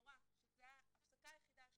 ומורה שזו ההפסקה היחידה שלה,